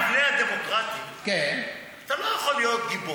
יוסי, במבנה הדמוקרטי אתה לא יכול להיות גיבור,